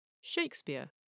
Shakespeare